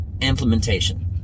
implementation